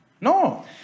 No